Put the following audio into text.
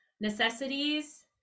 necessities